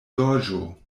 gorĝo